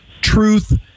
truth